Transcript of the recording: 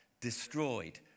destroyed